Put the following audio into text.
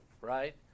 right